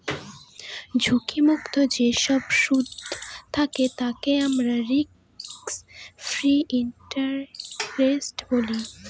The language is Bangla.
ঝুঁকি মুক্ত যেসব সুদ থাকে তাকে আমরা রিস্ক ফ্রি ইন্টারেস্ট বলি